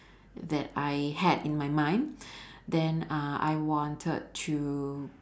that I had in my mind then uh I wanted to